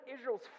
Israel's